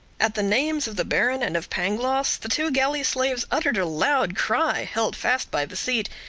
at the names of the baron and of pangloss, the two galley-slaves uttered a loud cry, held fast by the seat,